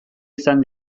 izan